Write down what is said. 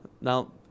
Now